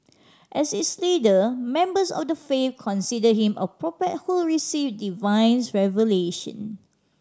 as its leader members of the faith considered him a prophet who received divines revelation